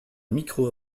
micro